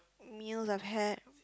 meals I've had